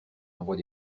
envoie